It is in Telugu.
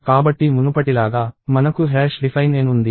కాబట్టి మునుపటిలాగా మనకు define N ఉంది